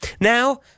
Now